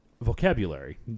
vocabulary